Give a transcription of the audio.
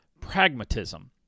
pragmatism